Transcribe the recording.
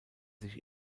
sich